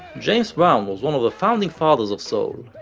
james brown was one of the founding fathers of soul,